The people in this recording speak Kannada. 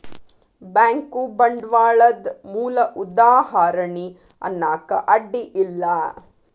ಬ್ಯಾಂಕು ಬಂಡ್ವಾಳದ್ ಮೂಲ ಉದಾಹಾರಣಿ ಅನ್ನಾಕ ಅಡ್ಡಿ ಇಲ್ಲಾ